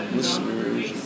listeners